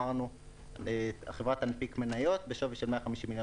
אמרנו שהחברה תנפיק מניות בשווי של 150 מיליון